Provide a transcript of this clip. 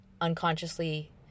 unconsciously